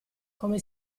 come